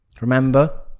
Remember